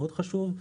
מאוד חשוב.